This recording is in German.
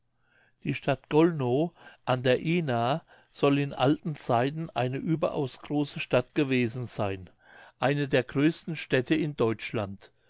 die stadt gollnow an der ihna soll in alten zeiten eine überaus große stadt gewesen seyn eine der größten städte in deutschland